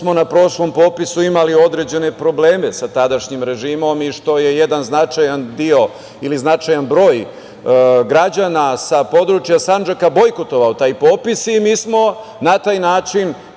što smo na prošlom popisu imali određene probleme sa tadašnjim režimom i što je jedan značajan deo ili značajan broj građana sa područja Sandžaka bojkotovao taj popis i mi smo na taj način